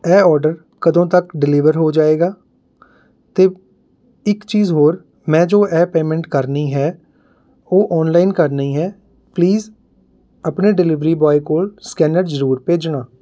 ਇਹ ਆਰਡਰ ਕਦੋਂ ਤੱਕ ਡਿਲੀਵਰ ਹੋ ਜਾਵੇਗਾ ਅਤੇ ਇੱਕ ਚੀਜ਼ ਹੋਰ ਮੈਂ ਜੋ ਇਹ ਪੇਮੈਂਟ ਕਰਨੀ ਹੈ ਉਹ ਔਨਲਾਈਨ ਕਰਨੀ ਹੈ ਪਲੀਜ਼ ਆਪਣੇ ਡਿਲੀਵਰੀ ਬੋਏ ਕੋਲ਼ ਸਕੈਨਰ ਜ਼ਰੂਰ ਭੇਜਣਾ